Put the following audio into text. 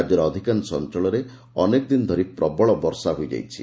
ରାଜ୍ୟର ଅଧିକାଂଶ ଅଂଚଳରେ ଅନେକ ଦିନ ଧରି ପ୍ରବଳ ବର୍ଷା ହୋଇଯାଇଛି